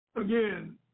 again